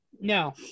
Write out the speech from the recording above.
No